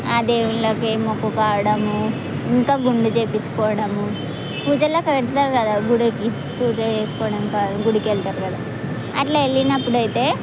ఆ దేవుళ్ళకి మొక్కుకోవడము ఇంకా గుండు చేయించు కోవడము పూజలకు వెళ్తారు కదా గుడికి పూజ చేసుకోవడానికి గుడికి వెళ్తారు కదా అట్లా వెళ్ళినప్పుడు అయితే